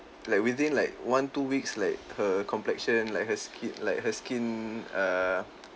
like within like one two weeks like her complexion like her skin like her skin err